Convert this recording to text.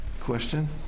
question